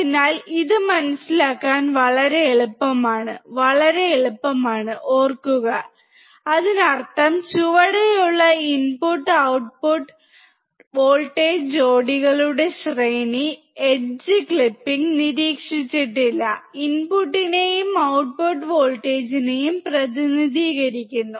അതിനാൽ ഇത് മനസിലാക്കാൻ വളരെ എളുപ്പമാണ് വളരെ എളുപ്പമാണ് ഓർക്കുക അതിനർത്ഥം ചുവടെയുള്ള ഇൻപുട്ട് ഔട്ട്പുട്ട് വോൾട്ടേജ് ജോഡികളുടെ ശ്രേണി എഡ്ജ് ക്ലിപ്പിംഗ് നിരീക്ഷിച്ചിട്ടില്ല ഇൻപുട്ടിനെയും ഔട്ട്പുട്ട് വോൾട്ടേജിനെയും പ്രതിനിധീകരിക്കുന്നു